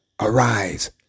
arise